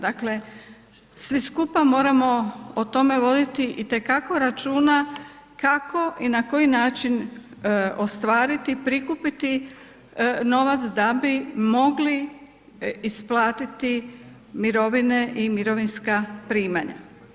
Dakle svi skupa moramo o tome voditi itekako računa kako i na koji način ostvariti prikupiti novac da bi mogli isplatiti mirovine i mirovinska primanja.